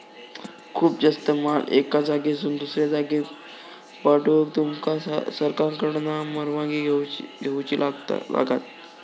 खूप जास्त माल एका जागेसून दुसऱ्या जागेक पाठवूक तुमका सरकारकडना परवानगी घेऊची लागात